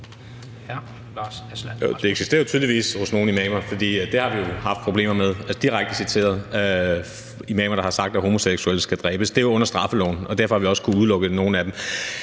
Det eksisterer jo tydeligvis hos nogle imamer, for det har vi haft problemer med. Altså, direkte citeret er der imamer, der har sagt, at homoseksuelle skal dræbes. Det hører under straffeloven, og derfor har vi også kunnet udelukke nogle af dem.